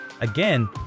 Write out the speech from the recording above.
Again